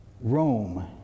Rome